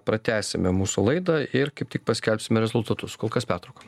pratęsime mūsų laidą ir kaip tik paskelbsime rezultatus kol kas pertrauka